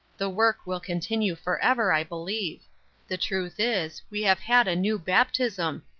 the work will continue forever, i believe the truth is, we have had a new baptism,